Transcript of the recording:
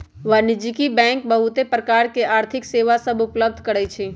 वाणिज्यिक बैंक बहुत प्रकार के आर्थिक सेवा सभ उपलब्ध करइ छै